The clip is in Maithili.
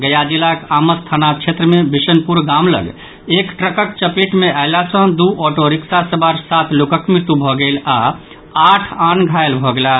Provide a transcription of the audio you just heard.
गया जिलाक आमस थाना क्षेत्र मे विशुनपुर गाम लऽग एक ट्रकक चपेट मे अयला सँ दू ऑटोरिक्शा सवार सात लोकक मृत्यु भऽ गेल आ आठ आन घायल भऽ गेलाह